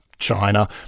China